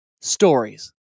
stories